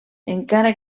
encara